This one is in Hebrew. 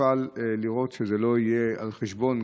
שתפעל לראות שזה לא יהיה על חשבון,